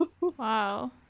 Wow